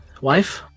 wife